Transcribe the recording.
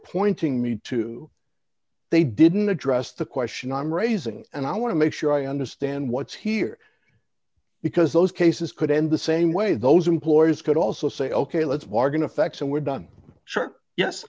pointing me to they didn't address the question i'm raising and i want to make sure i understand what's here because those cases could end the same way those employees could also say ok let's bargain effects and we're done short yes